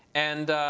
and